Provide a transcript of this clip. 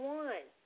one